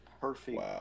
perfect